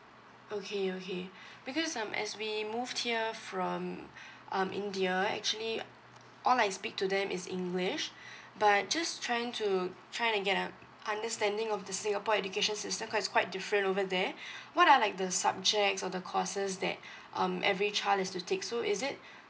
okay okay because um as we moved here from um india actually all I speak to them is english but just trying to trying to get um understanding of the singapore education system cause it's quite different over there what are like the subjects or the courses that um every child is to take so is it